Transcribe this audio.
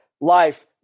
life